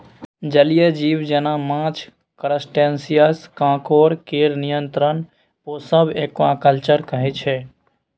जलीय जीब जेना माछ, क्रस्टेशियंस, काँकोर केर नियंत्रित पोसब एक्वाकल्चर कहय छै